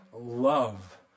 love